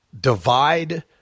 divide